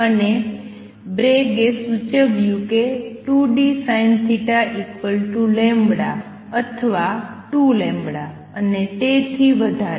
અને બ્રેગ એ સૂચવ્યું છે કે 2dSinθλ અથવા 2λ અને તેથી વધારે